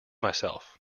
myself